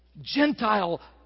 Gentile